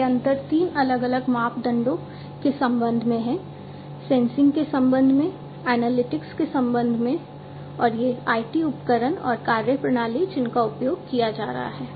ये अंतर तीन अलग अलग मापदंडों के संबंध में हैं सेंसिंग के संबंध में और ये IT उपकरण और कार्यप्रणाली जिनका उपयोग किया जा रहा है